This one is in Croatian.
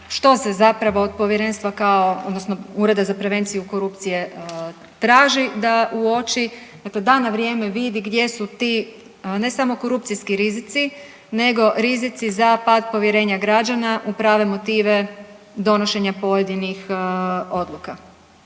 što se zapravo od povjerenstva kao odnosno Ureda za prevenciju korupcije traži da uoči. Dakle, da na vrijeme vidi gdje su ti ne samo korupcijski rizici nego rizici za pad povjerenja građana u prave motive donošenja pojedinih odluka.